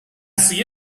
see